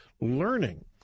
learning